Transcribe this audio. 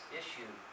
issue